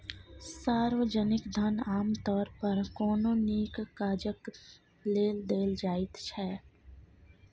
सार्वजनिक धन आमतौर पर कोनो नीक काजक लेल देल जाइत छै